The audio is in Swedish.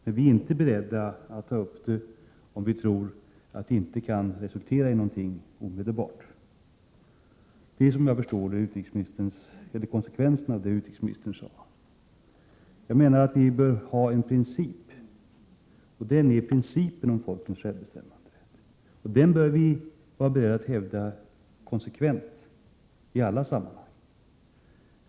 Men vi är inte beredda att ta upp saken om vi inte tror att det kan resultera i någonting omedelbart. Det är, såsom jag förstår det, konsekvensen av det utrikesministern sade. Jag menar att vi bör ha en princip, nämligen principen om folkens självbestämmanderätt. Och den bör vi vara beredda att hävda konsekvent, i alla sammanhang.